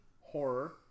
horror